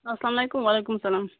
اسلام علیکُم وعلیکُم اسلام